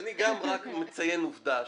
גם אני רק מציין עובדה,